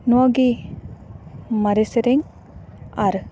ᱱᱚᱣᱟ ᱜᱮ ᱢᱟᱨᱮ ᱥᱮᱨᱮᱧ ᱟᱨ